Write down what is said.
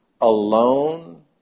alone